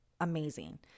amazing